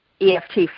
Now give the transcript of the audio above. EFT